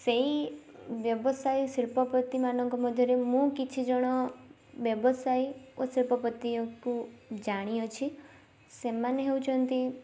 ସେଇ ବ୍ୟବସାୟୀ ଶିଳ୍ପପତିମାନଙ୍କ ମଧ୍ୟରେ ମୁଁ କିଛି ଜଣ ବ୍ୟବସାୟୀ ଓ ଶିଳ୍ପପତିକୁ ଜାଣିଅଛି ସେମାନେ ହେଉଛନ୍ତି